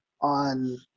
on